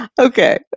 Okay